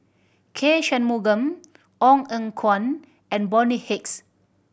K Shanmugam Ong Eng Guan and Bonny Hicks